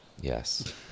Yes